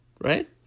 Right